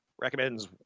recommends